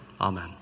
Amen